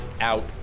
out